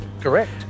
Correct